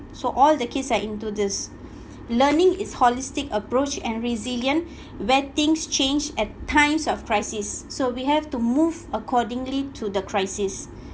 so all the kids are into this learning it's holistic approach and resilient where things change at times of crisis so we have to move accordingly to the crisis